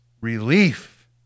relief